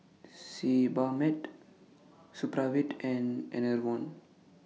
Sebamed Supravit and Enervon